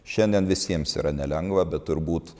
šiandien visiems yra nelengva bet turbūt